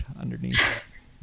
underneath